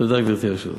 תודה, גברתי היושבת-ראש.